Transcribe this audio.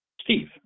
Steve